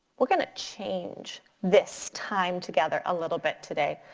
we're gonna change this time together a little bit today.